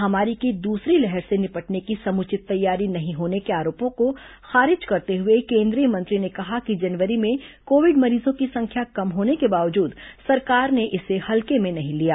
महामारी की दूसरी लहर से निपटने की समुचित तैयारी नहीं होने के आरोपों को खारिज करते हुए केन्द्रीय मंत्री ने कहा कि जनवरी में कोविड मरीजों की संख्या कम होने के बावजूद सरकार ने इसे हल्के में नहीं लिया